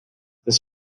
this